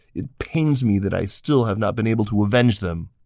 it pains me that i still have not been able to avenge them!